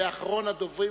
ואחריו,